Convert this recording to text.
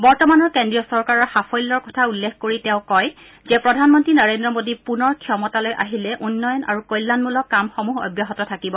বৰ্তামানৰ কেন্দ্ৰীয় চৰকাৰ সাফল্যৰ কথা উল্লেখ কৰি তেওঁ কয় প্ৰধানমন্ত্ৰী নৰেন্দ্ৰ মোডী পুনৰ ক্ষমতালৈ আহিলে উন্নয়ণ আৰু কল্যাণমূলক কামসমূহ অব্যাহত থাকিব